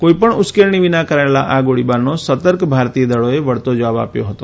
કોઈપણ ઉશ્કેરણી વિના કરાયેલા આ ગોળીબારનો સતર્ક ભારતીય દળોએ વળતો જવાબ આપ્યો હતો